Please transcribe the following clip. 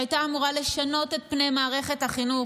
שהייתה אמורה לשנות את פני מערכת החינוך,